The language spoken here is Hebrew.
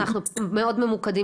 אנחנו מאוד ממוקדים פשוט.